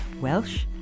Welsh